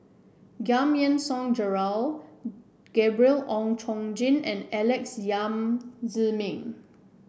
Giam Yean Song Gerald Gabriel Oon Chong Jin and Alex Yam Ziming